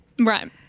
Right